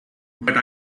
but